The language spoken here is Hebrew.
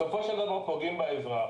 בסופו של דבר פוגעים באזרח,